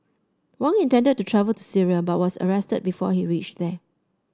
Wang intended to travel to Syria but was arrested before he reached there